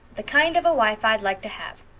the kind of a wife i'd like to have.